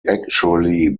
actually